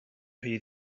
rhy